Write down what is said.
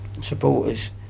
supporters